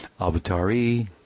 avatari